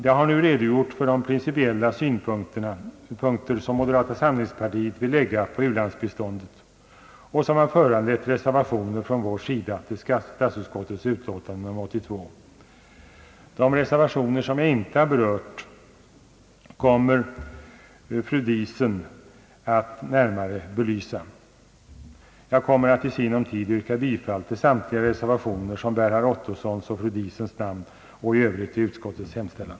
Jag har nu redogjort för de principiella synpunkter som moderata samlingspartiet vill lägga på u-landsbiståndet och som har föranlett reservationer från vår sida till statsutskottets utlåtande nr 82. De reservationer som jag inte har berört kommer fru Diesen att närmare belysa. Jag ber att få yrka bifall till samtliga reservationer som bär herr Ottossons och fru Diesens namn och i övrigt till utskottets hemställan.